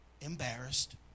embarrassed